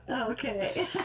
Okay